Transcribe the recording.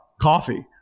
coffee